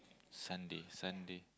Sunday Sunday